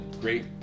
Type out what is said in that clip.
great